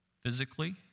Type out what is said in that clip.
physically